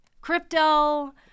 crypto